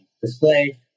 display